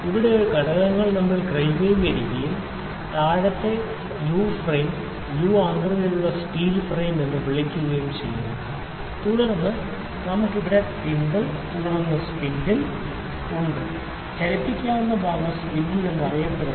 ഇവിടെ മറ്റ് ഘടകങ്ങൾ നമ്മൾ ക്രമീകരിക്കുകയും താഴത്തെ ഫ്രെയിമിനെ യു ഫ്രെയിം യു ആകൃതിയിലുള്ള സ്റ്റീൽ ഫ്രെയിം എന്ന് വിളിക്കുകയും ചെയ്യുന്നു തുടർന്ന് നമുക്ക് ഇവിടെ തിമ്പിൽ തുടർന്ന് നമുക്ക് ഇവിടെ സ്ലീവ് ഉണ്ട് നമ്മൾക്ക് സ്പിൻഡിൽ ഉണ്ട് ചലിപ്പിക്കാവുന്ന ഭാഗം സ്പിൻഡിൽ എന്നറിയപ്പെടുന്നു